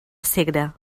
segre